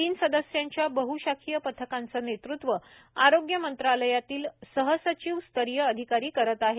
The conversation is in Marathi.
तीन सदस्यांच्या बह शाखीय पथकांचे नेतृत्व आरोग्य मंत्रालयातील सहसचिव स्तरीय अधिकारी करत आहेत